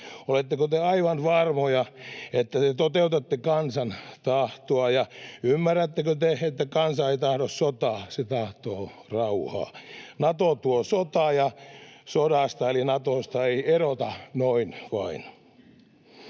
Oletteko te aivan varmoja, että te toteutatte kansan tahtoa, ja ymmärrättekö te, että kansa ei tahdo sotaa, se tahtoo rauhaa? [Jukka Gustafsson: Se tahtoo Natoon vain!]